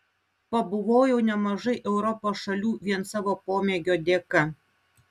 pabuvojau nemažai europos šalių vien savo pomėgio dėka